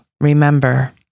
remember